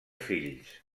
fills